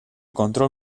control